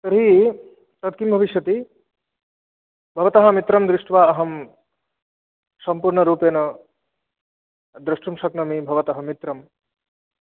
तर्हि तत्किं भविष्यति भवतः मित्रं दृष्ट्वा अहं सम्पूर्णरूपेण द्रष्टुं शक्नोमि भवतः मित्रं